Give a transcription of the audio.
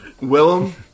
Willem